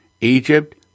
Egypt